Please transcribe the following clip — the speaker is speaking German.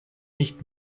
nicht